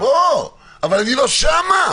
אבל אני לא שמה.